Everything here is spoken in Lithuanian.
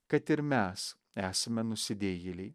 kad ir mes esame nusidėjėliai